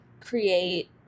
create